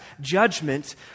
judgment